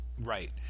Right